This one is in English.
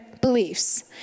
beliefs